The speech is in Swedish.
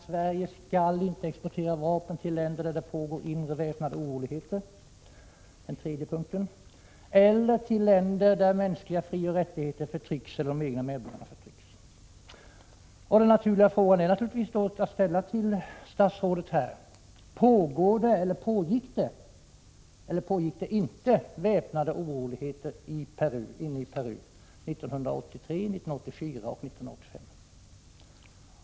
Sverige skall inte exportera vapen till länder där det pågår inre väpnade oroligheter — detta enligt punkt 3 — eller till länder där mänskliga frioch rättigheter förtrycks eller egna medborgare förtrycks. Den naturliga frågan att ställa till statsrådet är: Pågick det eller pågick det inte väpnade oroligheter i Peru 1983, 1984 och 1985?